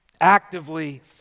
actively